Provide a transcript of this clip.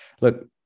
look